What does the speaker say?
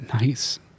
nice